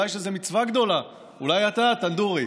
אולי יש איזו מצווה גדולה, אולי אתה, טנדורי,